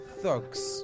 thugs